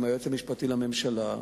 עם היועץ המשפטי לממשלה,